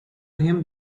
him